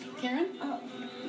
Karen